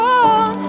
on